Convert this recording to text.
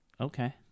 Okay